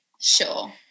sure